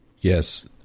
yes